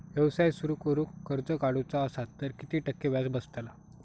व्यवसाय सुरु करूक कर्ज काढूचा असा तर किती टक्के व्याज बसतला?